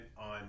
on